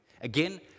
Again